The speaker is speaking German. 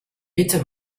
bitte